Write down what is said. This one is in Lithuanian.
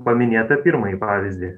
paminėtą pirmąjį pavyzdį